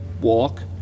walk